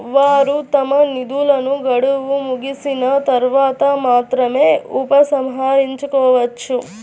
వారు తమ నిధులను గడువు ముగిసిన తర్వాత మాత్రమే ఉపసంహరించుకోవచ్చు